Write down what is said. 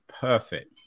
perfect